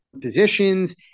positions